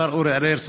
השר אורי אריאל,